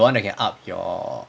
the one that can up your